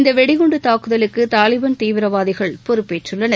இந்த வெடிகுண்டு தாக்குதலுக்கு தாலிபன் தீவிரவாதிகள் பொறுப்பேற்றுக் கொண்டனர்